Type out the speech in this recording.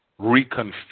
Reconfigure